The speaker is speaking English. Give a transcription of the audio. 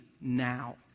now